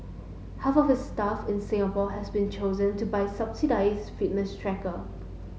half of staff in Singapore has been chosen to buy subsidised fitness tracker